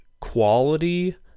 quality